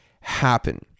happen